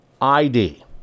ID